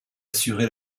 assuré